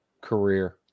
career